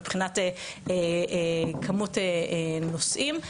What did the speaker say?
מבחינת כמות נושאים.